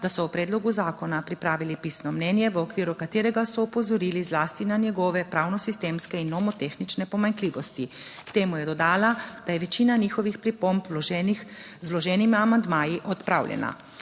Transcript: da so o predlogu zakona pripravili pisno mnenje, v okviru katerega so opozorili zlasti na njegove pravno sistemske in nomotehnične pomanjkljivosti. K temu je dodala, da je večina njihovih pripomb vloženih z vloženimi amandmaji odpravljena.